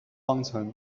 方程